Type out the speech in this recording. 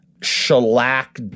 shellac